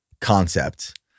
concept